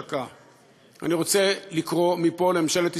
אני רוצה לקרוא מפה לממשלת ישראל,